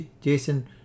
Jason